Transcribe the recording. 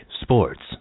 sports